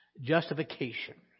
Justification